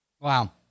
Wow